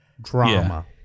drama